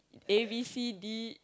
A B C D